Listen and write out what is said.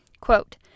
Quote